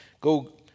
go